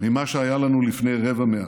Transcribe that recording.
ממה שהיה לנו לפני רבע מאה.